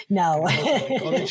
no